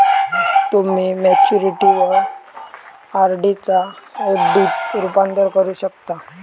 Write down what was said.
तुम्ही मॅच्युरिटीवर आर.डी चा एफ.डी त रूपांतर करू शकता